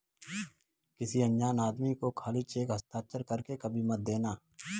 किसी अनजान आदमी को खाली चेक हस्ताक्षर कर के कभी मत देना